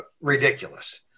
ridiculous